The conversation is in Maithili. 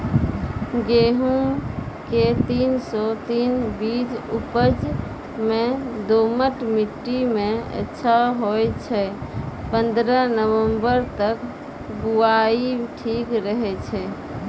गेहूँम के तीन सौ तीन बीज उपज मे दोमट मिट्टी मे अच्छा होय छै, पन्द्रह नवंबर तक बुआई ठीक रहै छै